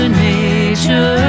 nature